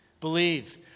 Believe